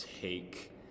take